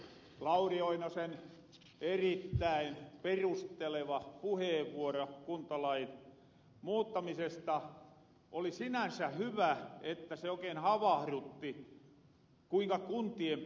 lauri oinosen erittäin hyvin perusteltu puheenvuoro kuntalain muuttamisesta oli hyvä se oikein havahrutti kuinka kuntien pitääs toimia